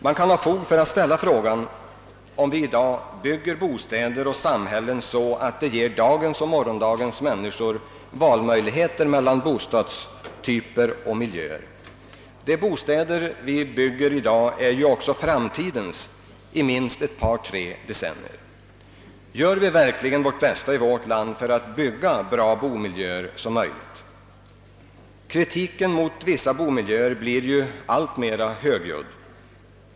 Man kan ha fog för att ställa frågan om vi i dag bygger bostäder och samhällen så att de ger dagens och morgondagens människor valmöjligheter mellan bostadstyper och miljöer. De bostäder vi bygger i dag är också framtidens i minst ett par tre decennier. Gör vi verkligen vårt bästa i vårt land för att bygga så bra bomiljöer som möjligt? Kritiken mot vissa bomiljöer blir alltmera högljudd.